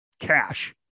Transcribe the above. cash